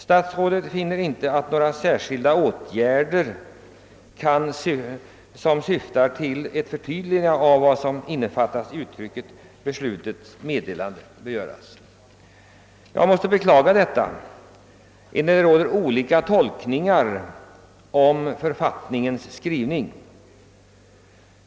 Statsrådet anser inte att det bör vidtas några särskilda åtgärder som syftar till ett förtydligande av vad som innefattas i uttrycket »beslutets meddelande». Jag måste beklaga detta, enär det förekommer olika tolkningar av författningens skrivning.